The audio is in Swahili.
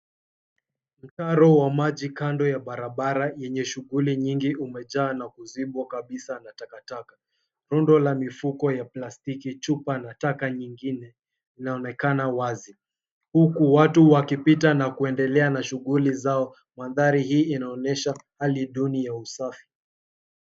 Mtaro wa maji kando ya barabara yenye shughuli nyingi umejaa na kuzibwa kabisa na takataka. Rundo la mifuko ya plastiki, chupa na taka nyingine inaonekana wazi, huku watu wakipita na kuendelea na shughuli zao. Mandhari hii inaonesha hali duni ya usafi.